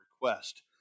request